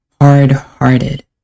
hard-hearted